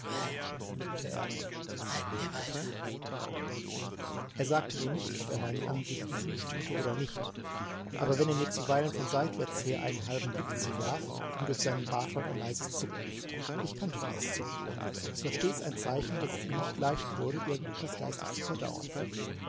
nickte er reiten wir weiter er sagte mir nicht ob er meinen ansichten beistimme oder nicht aber wenn er mir zuweilen von seitwärts her einen halben blick zuwarf ging durch seinen bartwald ein leises zucken ich kannte dieses zucken es war stets ein zeichen daß es ihm nicht leicht wurde irgend etwas geistig zu verdauen